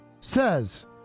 says